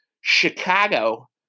Chicago